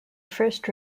first